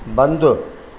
बंदि